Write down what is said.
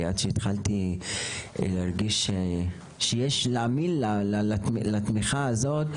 ועד שהתחלתי להרגיש שיש להאמין לתמיכה הזאת.